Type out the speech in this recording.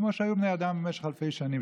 כמו שחשבו בני אדם במשך אלפי שנים,